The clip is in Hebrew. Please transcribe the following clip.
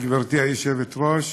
גברתי היושבת-ראש,